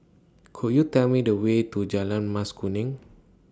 Could YOU Tell Me The Way to Jalan Mas Kuning